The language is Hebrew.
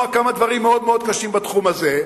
כמה דברים מאוד מאוד קשים בתחום הזה,